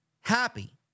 happy